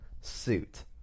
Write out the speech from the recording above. suit